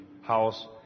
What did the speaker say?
house